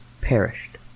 perished